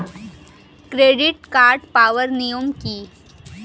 Credit card পাওয়ার নিয়ম কী?